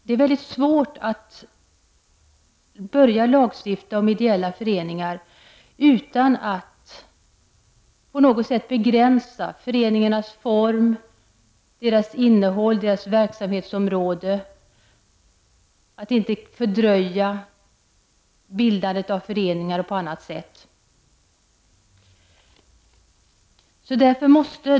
Det är väldigt svårt att börja lagstifta om ideella föreningar utan att på något sätt begränsa föreningarnas form, deras innehåll och verksamhetsområde, att inte fördröja bildandet av föreningar, osv.